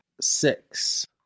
six